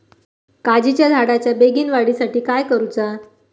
काजीच्या झाडाच्या बेगीन वाढी साठी काय करूचा?